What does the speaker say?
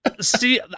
See